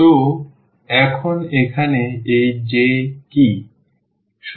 তো এখন এখানে এই J কি